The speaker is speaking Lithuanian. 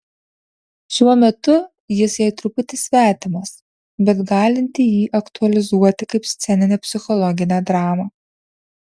šiuo metu jis jai truputį svetimas bet galinti jį aktualizuoti kaip sceninę psichologinę dramą